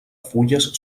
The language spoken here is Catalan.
fulles